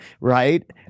right